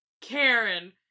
Karen